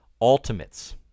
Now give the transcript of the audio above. Ultimates